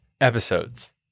episodes